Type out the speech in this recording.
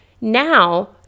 Now